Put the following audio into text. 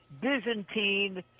byzantine